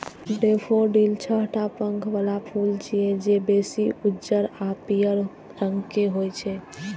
daffodil छह टा पंख बला फूल छियै, जे बेसी उज्जर आ पीयर रंग के होइ छै